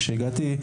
כשהגעתי,